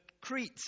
Crete